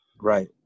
Right